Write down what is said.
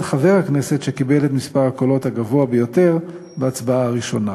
חבר הכנסת שקיבל את מספר הקולות הגבוה ביותר בהצבעה הראשונה.